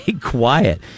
quiet